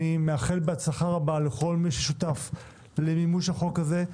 אני מאחל הצלחה רבה לכל מי ששותף למימוש החוק הזה.